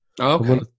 okay